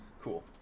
Cool